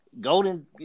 Golden